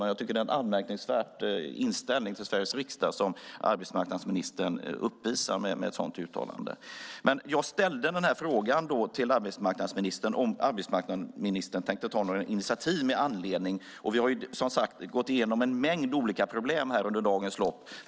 Jag tycker att det är en anmärkningsvärd inställning till Sveriges riksdag som arbetsmarknadsministern uppvisar med ett sådant uttalande. Men jag ställde frågan till arbetsmarknadsministern om arbetsmarknadsministern tänkte ta några initiativ. Vi har, som sagt, gått igenom en mängd olika problem under dagens lopp.